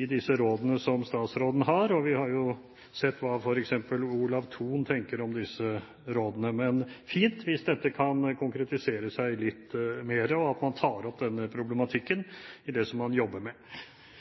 i disse rådene som statsråden har, og vi har jo sett hva f.eks. Olav Thon tenker om disse rådene. Men det er fint hvis dette kan konkretiseres litt mer, og at man tar opp denne problematikken i det som man jobber med.